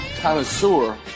connoisseur